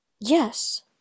Yes